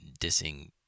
dissing